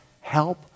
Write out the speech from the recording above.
Help